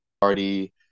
party